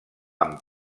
amb